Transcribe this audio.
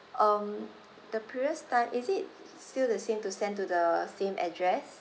um the previous time is it still the same to send to the same address